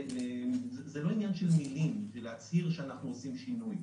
זה לא עניין של מילים, להצהיר שאנחנו עושים שינוי.